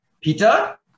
Peter